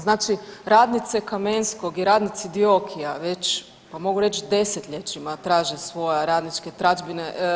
Znači radnice Kamenskog i radnice Diokija već pa mogu reć 10-ljećima traže svoje radničke tražbine.